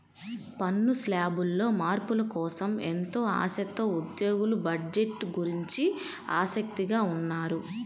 పన్ను శ్లాబుల్లో మార్పుల కోసం ఎంతో ఆశతో ఉద్యోగులు బడ్జెట్ గురించి ఆసక్తిగా ఉన్నారు